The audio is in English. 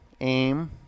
Aim